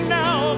now